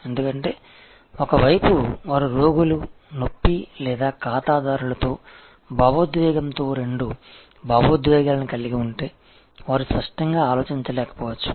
ఎందుకంటే ఒక వైపు వారు రోగులు నొప్పి లేదా ఖాతాదారులతో భావోద్వేగంతో రెండు భావోద్వేగాలను కలిగి ఉంటే వారు స్పష్టంగా ఆలోచించలేకపోవచ్చు